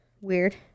Weird